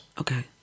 Okay